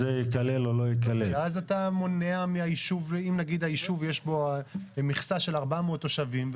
למשל היישוב יש בו מכסה של 400 תושבים,